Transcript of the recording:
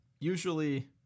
usually